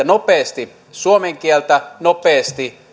nopeasti suomen kieltä nopeasti